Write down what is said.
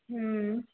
हूँ